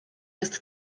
jest